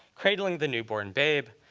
cradling the newborn babe,